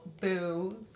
boo